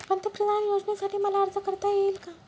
पंतप्रधान योजनेसाठी मला अर्ज करता येईल का?